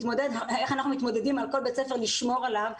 איך אנחנו מתמודדים על כל בית ספר, לשמור עליו,